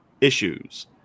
issues